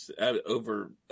over